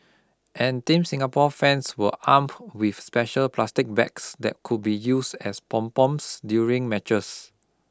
and Team Singapore fans were armed with special plastic bags that could be use as pom poms during matches